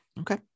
Okay